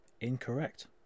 incorrect